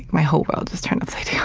my whole world just turned upside down.